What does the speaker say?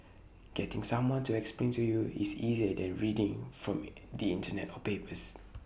getting someone to explain to you is easier than reading from the Internet or papers